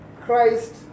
Christ